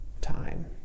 time